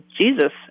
Jesus